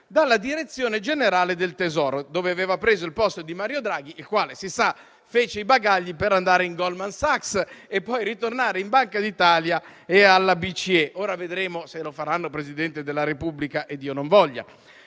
dalla Direzione generale del Tesoro, dove aveva preso il posto di Mario Draghi, il quale - si sa - fece i bagagli per andare in Goldman Sachs e poi ritornare in Banca d'Italia e alla BCE. Ora vedremo se lo faranno Presidente della Repubblica e Dio non voglia.